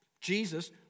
Jesus